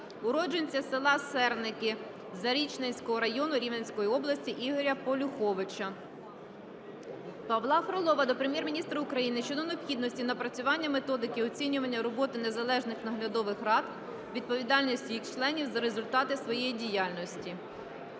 уродженця села Серники Зарічненського району Рівненської області Ігоря Полюховича. Павла Фролова до Прем'єр-міністра України щодо необхідності напрацювання методики оцінювання роботи незалежних наглядових рад, відповідальності їх членів за результати своєї діяльності.